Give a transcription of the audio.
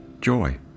joy